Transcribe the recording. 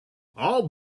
all